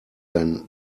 than